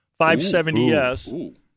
570s